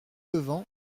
levant